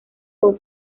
con